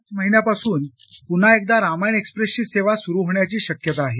मार्च महिन्यापासून पुन्हा एकदा रामायण एक्सप्रेसची सेवा सुरू होण्याची शक्यता आहे